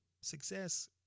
success